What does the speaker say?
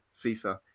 FIFA